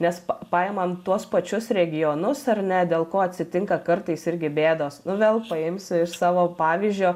nes paimant tuos pačius regionus ar ne dėl ko atsitinka kartais irgi bėdos nu vėl paimsiu iš savo pavyzdžio